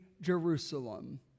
Jerusalem